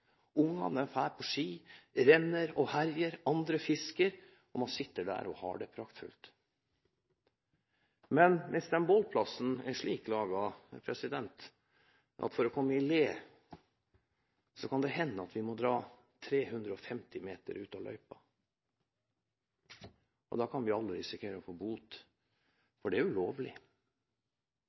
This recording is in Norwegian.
Ungene går på ski, renner og herjer. Andre fisker, og man sitter der og har det praktfullt. Men hvis bålplassen er uten le, kan det hende at vi må dra 350 meter utenfor løypa for å få le. Da kan vi alle risikere å få bot, for det er ulovlig.